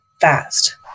fast